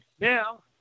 Now